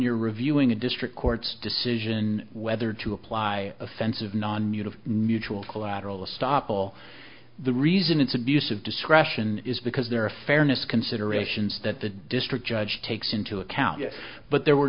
you're reviewing a district court's decision whether to apply offensive nonu to mutual collateral estoppel the reason it's abuse of discretion is because there are a fairness considerations that the district judge takes into account but there were